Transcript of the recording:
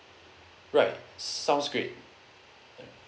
right sounds great